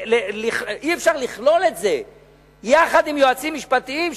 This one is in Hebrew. אי-אפשר לכלול את זה יחד עם יועצים משפטיים,